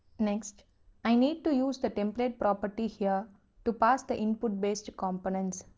next i need to use the template property here to pass the input based components.